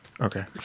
Okay